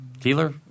Keeler